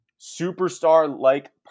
superstar-like